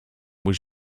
was